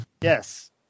Yes